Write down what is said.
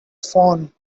phone